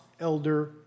elder